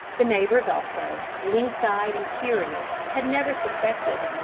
the neighbours also, lynx-eyed and curious, had never suspected.